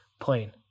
plane